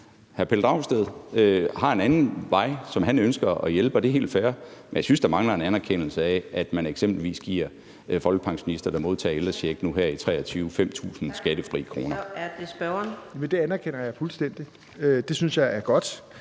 Hr. Pelle Dragsted har en anden måde, som han ønsker at hjælpe på – og det er helt fair – men jeg synes, at der mangler en anerkendelse af, at man eksempelvis giver folkepensionister, der modtager ældrecheck nu her i 2023, 5.000 skattefri kroner. Kl. 13:35 Fjerde næstformand